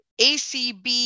ACB